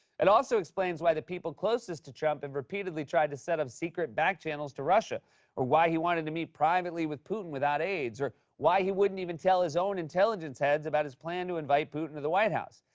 it also explains why the people closest to trump have and repeatedly tried to set up secret back channels to russia or why he wanted to meet privately with putin without aides or why he wouldn't even tell his own intelligence heads about his plan to invite putin to the white house,